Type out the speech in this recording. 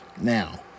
Now